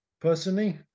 personally